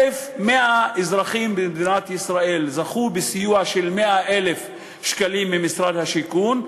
1,100 אזרחים במדינת ישראל זכו בסיוע של 100,000 שקלים ממשרד השיכון,